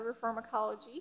pharmacology